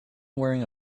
wearing